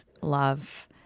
love